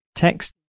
Text